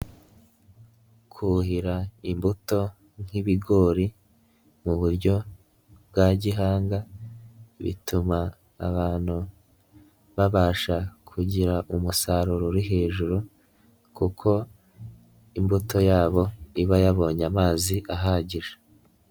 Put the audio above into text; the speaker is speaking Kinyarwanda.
Kuhira imbuto nk'ibigori mu buryo bwa gihanga bituma abantu babasha kugira umusaruro uri hejuru kuko imbuto yabo iba yabonye amazi ahagije.